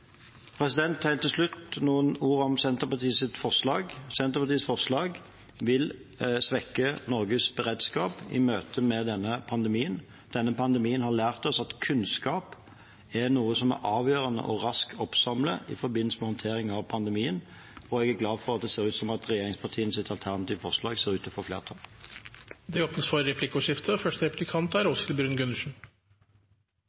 Helt til slutt noen ord om Senterpartiets forslag. Senterpartiets forslag vil svekke Norges beredskap i møte med denne pandemien. Denne pandemien har lært oss at kunnskap er noe som er avgjørende raskt å oppsamle i forbindelse med håndteringen av pandemien. Jeg er glad for at regjeringspartienes alternative forlag ser ut til å få flertall. Det blir replikkordskifte.